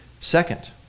second